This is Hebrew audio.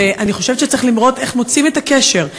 ואני חושבת שצריך לראות איך מוצאים את הקשר,